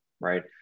right